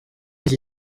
iki